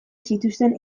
zituzten